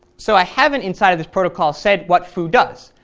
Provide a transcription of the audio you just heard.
so i haven't inside of this protocol said what foo does.